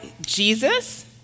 Jesus